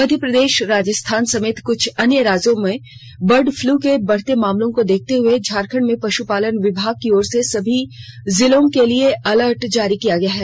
मध्य प्रदेश राजस्थान समेत कुछ अन्य राज्यों में बर्ड फ्लू के बढ़ते मामलों को देखते हुए झारखंड में पशुपालन विभाग की ओर से सभी जिलों के लिए अलर्ट जारी किया गया है